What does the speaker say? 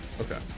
Okay